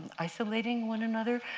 isolating one another?